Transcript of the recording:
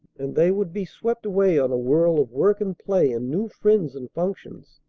and they would be swept away on a whirl of work and play and new friends and functions.